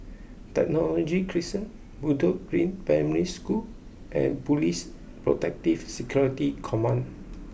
Technology Crescent Bedok Green Primary School and Police Protective Security Command